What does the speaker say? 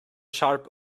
sharp